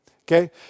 Okay